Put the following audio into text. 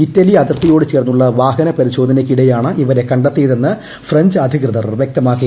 Italy അതിർത്തിയോട് ചേർന്നുള്ള വാഹന പരിശോധനയ്ക്കിടെയാണ് ഇവരെ കണ്ടെത്തിയതെന്ന് ഫ്രഞ്ച് അധികൃതർ വ്യക്തമാക്കി